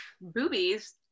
Boobies